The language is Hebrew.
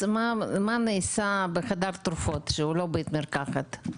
נעשה בחדר תרופות שהוא לא בית מרקחת?